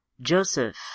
Joseph